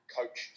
coach